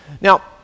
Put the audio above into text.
Now